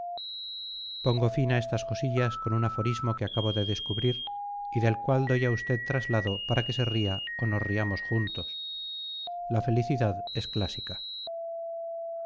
pongo fin a estas cosillas con un aforismo que acabo de descubrir y del cual doy a usted traslado para que se ría o nos riamos juntos la felicidad es clásica